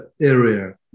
area